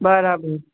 બરાબર